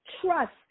trust